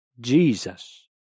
Jesus